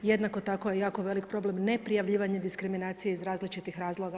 Jednako tako, jako je veliki problem neprijavljivanje diskriminacija iz različitih razloga.